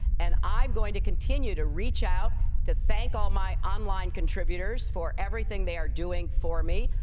and i'm going to continue to reach out to thank all my online contributors for everything they are doing for me,